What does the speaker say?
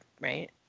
right